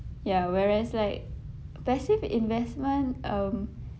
ya whereas like passive investment um